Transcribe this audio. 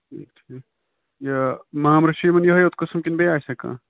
ٹھیٖک ٹھیٖک یہِ مامرٕ چھُ یِمَن یِہے یوت قٕسم کِنہٕ بیٚیہِ آسیٚکھ کانٛہہ